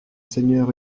seigneur